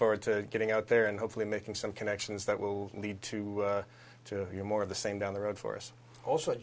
forward to getting out there and hopefully making some connections that will lead to you more of the same down the road for us also